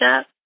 up